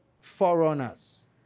foreigners